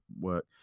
work